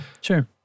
Sure